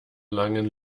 langen